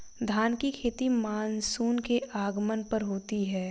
धान की खेती मानसून के आगमन पर होती है